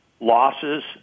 losses